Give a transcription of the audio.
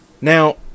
now